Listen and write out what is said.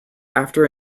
after